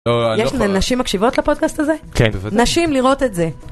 יש ל..נשים מקשיבות לפודקאסט הזה? כן, בוודאי. נשים, לראות את זה.